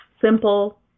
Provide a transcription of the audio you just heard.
simple